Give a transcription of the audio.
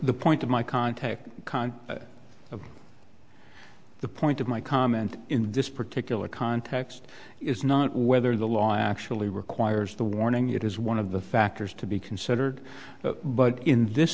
the point of my contact of the point of my comment in this particular context is not whether the law actually requires the warning it is one of the factors to be considered but in this